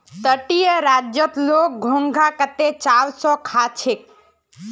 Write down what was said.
तटीय राज्यत लोग घोंघा कत्ते चाव स खा छेक